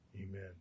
Amen